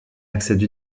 accède